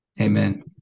Amen